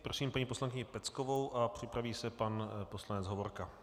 Prosím paní poslankyni Peckovou a připraví se pan poslanec Hovorka.